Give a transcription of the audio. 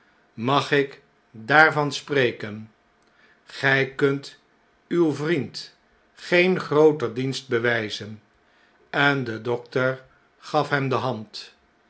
mag ik daarvan spreken gjj kunt uw vriend geen grooter dienst bewijzen en de dokter gaf hem de hand